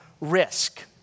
Risk